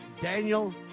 Daniel